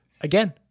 Again